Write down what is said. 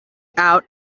out